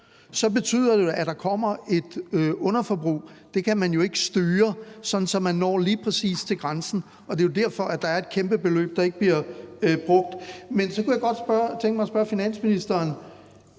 så betyder det, at der kommer et underforbrug. Det kan man jo ikke styre, sådan at man lige præcis når til grænsen. Og det er jo derfor, at der er et kæmpe beløb, der ikke bliver brugt. Men så kunne jeg godt tænke mig at spørge finansministeren: